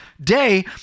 day